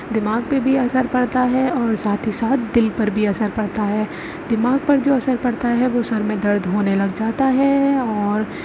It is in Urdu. دماغ پہ بھی اثر پڑتا ہے اور ساتھ ہی ساتھ دل پر بھی اثر پڑتا ہے دماغ پر جو اثر پڑتا ہے وہ سر میں درد ہونے لگ جاتا ہے اور